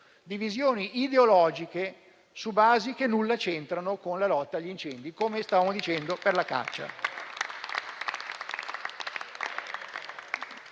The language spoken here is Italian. divisioni ideologiche su basi che nulla c'entrano con la lotta agli incendi, come stavamo dicendo a proposito